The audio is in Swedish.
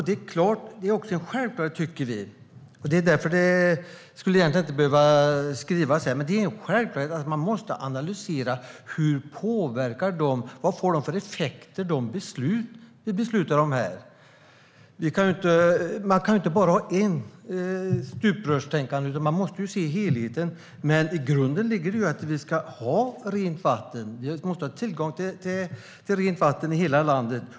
Det är också en självklarhet - och det skulle egentligen inte behöva skrivas ned - att man måste analysera effekterna av de beslut som vi fattar här. Man kan inte bara ha ett stuprörstänkande, utan man måste se helheten. Men grunden är att vi ska ha tillgång till rent vatten i hela landet.